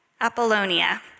Apollonia